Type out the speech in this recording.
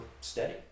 steady